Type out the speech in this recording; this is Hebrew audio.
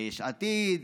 ביש עתיד,